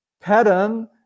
pattern